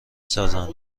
سازند